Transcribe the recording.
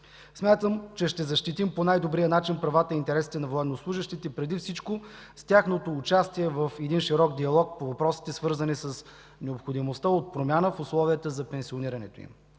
Смятам, че ще защитим по най-добрия начин правата и интересите на военнослужещите, преди всичко с тяхното участие в един широк диалог по въпросите, свързани с необходимостта от промяна в условията за пенсионирането им.